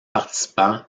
participants